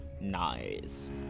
Nice